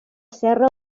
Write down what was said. serra